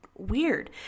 weird